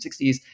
1960s